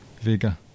Vega